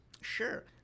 Sure